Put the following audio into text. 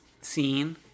scene